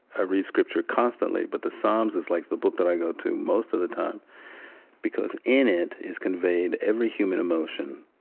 i read scripture constantly, but the psalms is like the book that i go to most of the time because in it is conveyed every human emotion.